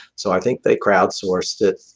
so i think they crowdsourced it.